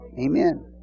Amen